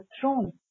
throne